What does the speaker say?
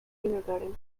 kindergarten